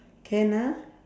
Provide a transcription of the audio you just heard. can ah